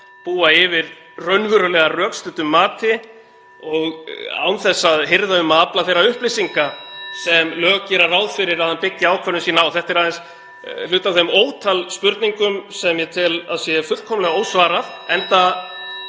búa yfir raunverulega rökstuddu mati og án þess að hirða um að afla þeirra upplýsinga (Forseti hringir.) sem lög gera ráð fyrir að hann byggi ákvörðun sína á? Þetta er aðeins hluti af þeim ótal spurningum sem ég tel að sé fullkomlega ósvarað,